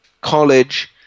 college